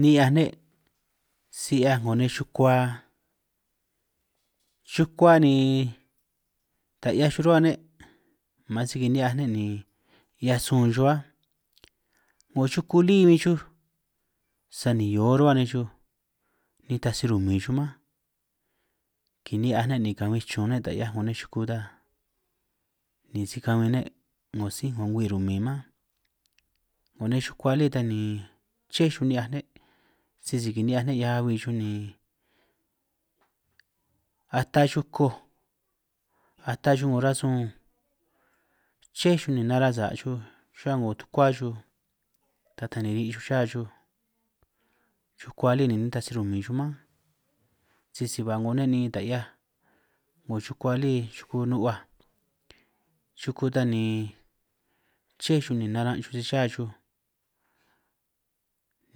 Ni'hiaj si 'hiaj 'ngo nej chukua, chukua ni taj 'hiaj chuj rruhua ne' man si kini'hiaj ne' ni ki'hiaj sun chuj áj, 'ngo chuku lí huin chuj sani hio rruhua nej chuj nitaj si rumin chuj mánj, kini'hiaj ne' ni kabin chun ne' taj 'hiaj 'ngo nej chuku ta, ni si kabin ne' 'ngo sí' ngo ngwui rumin mánj, 'ngo nej chukua lí ta ni ché chuj ni'hiaj ne' sisi kini'hiaj ne' ñan abi chuj ni ata chuj koj ata chuj 'ngo rasun ché chuj ni nara' sa' chuj rruba 'ngo tukua chuj taj tan ni ri' chuj cha chukua lí ni nitaj si rumin chuj mánj, sisi ba 'ngo ne' ni'in taj hiaj 'ngo chukua lí chuku nu'huaj chuku ta ni ché chuj ni naran' chuj si cha chuj